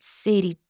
city